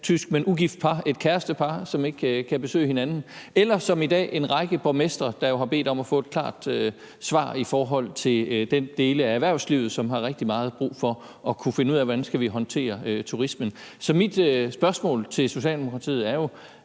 dansk-tyske par, kærestepar, som ikke kan besøge hinanden, eller som i dag en række borgmestre, der jo har bedt om at få et klart svar i forhold til den del af erhvervslivet, som har rigtig meget brug for at kunne finde ud af, hvordan vi skal håndtere turismen. Så mit spørgsmål til Socialdemokratiet er: